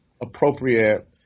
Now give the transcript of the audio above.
appropriate